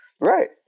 Right